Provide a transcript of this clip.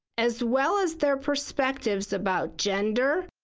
as well as their perspectives about gender,